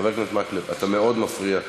חבר הכנסת מקלב, אתה מפריע מאוד.